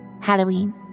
Halloween